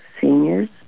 seniors